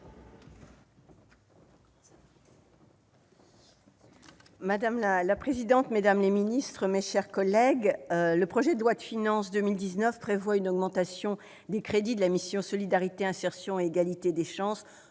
Madame la présidente, mesdames les ministres, mes chers collègues, le projet de loi de finances pour 2019 prévoit une augmentation des crédits de la mission « Solidarité, insertion et égalité des chances